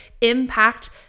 impact